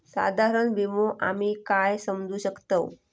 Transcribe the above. साधारण विमो आम्ही काय समजू शकतव?